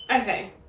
Okay